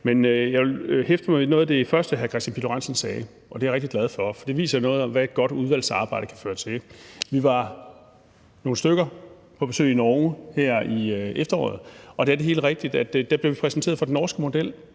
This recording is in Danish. Men jeg hæftede mig ved noget af det første, hr. Kristian Pihl Lorentzen sagde, og som jeg er rigtig glad for. Det viser jo noget om, hvad et godt udvalgsarbejde kan føre til. Vi var nogle stykker på besøg i Norge her i efteråret, og det er helt rigtigt, at der blev vi præsenteret for den norske model,